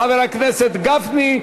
חבר הכנסת גפני,